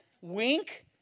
Wink